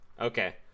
Okay